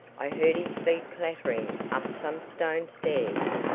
i heard his feet clattering up some stone stairs,